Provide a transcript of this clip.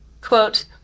quote